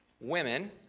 women